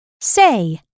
say